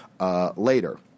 later